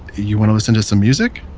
you want to listen to some music?